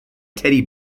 teddy